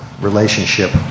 relationship